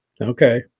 Okay